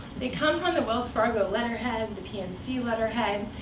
they come from the wells fargo letterhead, the pnc letterhead.